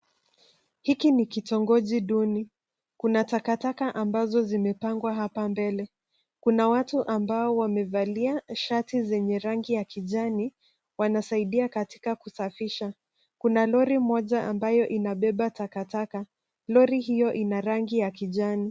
Hiki ni kitongoji duni. Kuna takataka ambazo zimepangwa hapa mbele. Kuna watu ambao wamevalia shati zenye rangi ya kijani wanasaidia katika kusafisha. Kuna lori moja ambayo inabeba takataka. Lori hiyo ina rangi ya kijani.